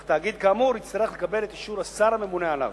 אך תאגיד כאמור יצטרך לקבל את אישור השר הממונה עליו.